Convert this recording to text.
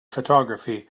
photography